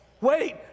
Wait